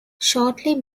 shortly